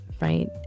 Right